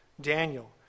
Daniel